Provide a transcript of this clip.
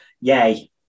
yay